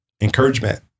Encouragement